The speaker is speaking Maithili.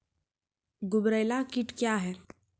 गुबरैला कीट क्या हैं?